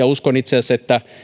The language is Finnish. uskon itse asiassa että